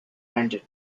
london